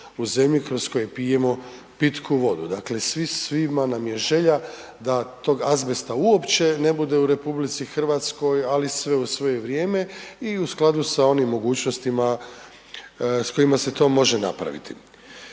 u zemlji kroz koju pijemo pitku vodu, dakle svima nam je želja da tog azbesta uopće ne bude u RH, ali sve u svoje vrijeme i u skladu sa onim mogućnostima s kojima se to može napraviti.